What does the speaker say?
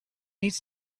needs